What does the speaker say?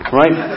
right